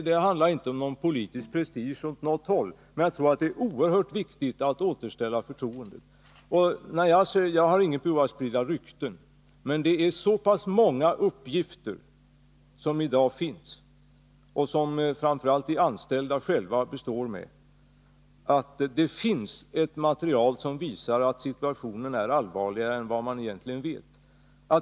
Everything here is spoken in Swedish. Det handlar inte om politisk prestige på något håll, men jag tror att det är oerhört viktigt att återställa förtroendet. Jag har inget behov att sprida rykten, men det är så pass många uppgifter som i dag framför allt de anställda offentligen består med och som visar att situationen är allvarligare än vad man vet.